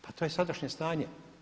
Pa to je sadašnje stanje.